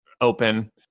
open